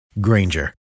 Granger